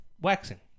Waxing